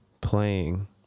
playing